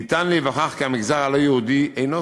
ניתן להיווכח כי המגזר הלא-יהודי אינו